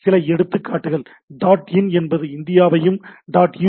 சில எடுத்துக்காட்டுகள் "dot in" என்பது இந்தியாவையும் "டாட் யு